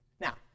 Now